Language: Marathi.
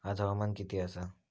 आज हवामान किती आसा?